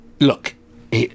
look